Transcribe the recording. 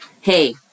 hey